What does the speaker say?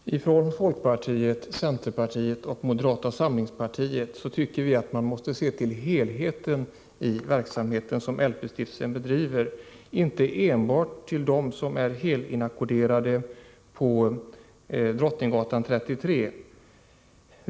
Herr talman! Från folkpartiet, centerpartiet och moderata samlingspartiet tycker vi att man måste se till helheten i den verksamhet som LP-stiftelsen bedriver — inte enbart till dem som är helinackorderade på Drottninggatan 33.